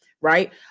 Right